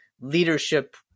leadership